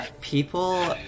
People